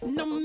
no